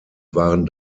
waren